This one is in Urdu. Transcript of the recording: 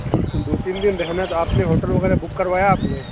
دو تین دن رہنا تو آپ نے ہوٹل وغیرہ بک کروایا آپ نے